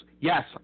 Yes